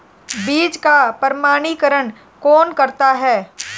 बीज का प्रमाणीकरण कौन करता है?